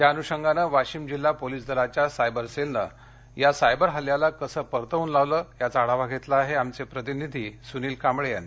त्या अनुषंगाने वाशिम जिल्हा पोलीस दलाच्या सायबर सेलने या सायबर हल्ल्याला कसे परतवून लावले याचा आढावा घेतला आहे आमचे प्रतिनिधी सुनील कांबळे यांनी